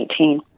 2018